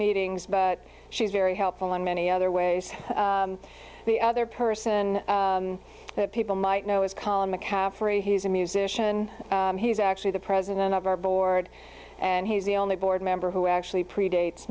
meetings but she's very helpful in many other ways the other person that people might know is column mccaffrey he's a musician he's actually the president of our board and he's the only board member who actually predates